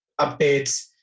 updates